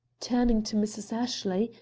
turning to mrs. ashley,